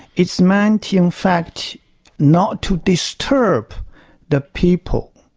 it's meant in fact not to disturb the people